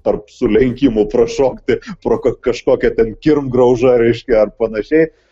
tarp sulenkimų prašokti pro kažkokią ten kirmgraužą reiškia ar panašiai